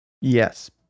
yes